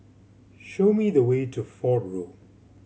show me the way to Fort Road